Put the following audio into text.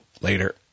Later